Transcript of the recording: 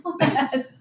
Yes